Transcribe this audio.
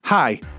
Hi